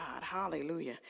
hallelujah